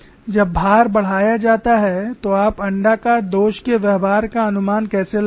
जब भार बढ़ाया जाता है तो आप अण्डाकार दोष के व्यवहार का अनुमान कैसे लगाते हैं